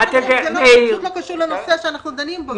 זה לא קשור לנושא שאנחנו דנים בו.